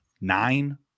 Nine